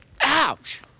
Ouch